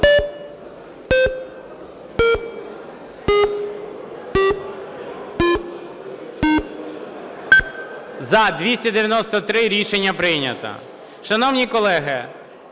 За-293 Рішення прийнято.